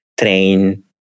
train